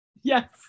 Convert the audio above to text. yes